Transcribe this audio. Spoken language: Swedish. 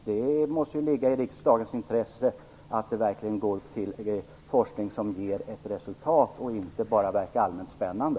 Det måste ju ligga i riksdagens intresse att medel verkligen går till forskning som ger resultat, inte till forskning som bara verkar vara allmänt spännande.